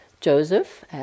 Joseph